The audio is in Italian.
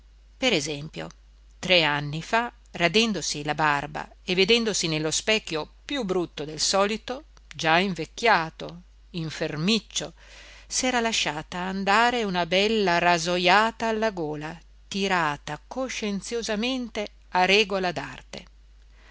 per esempio tre anni fa radendosi la barba e vedendosi allo specchio più brutto del solito già invecchiato infermiccio s'era lasciata andare una bella rasojata alla gola tirata coscienziosamente a regola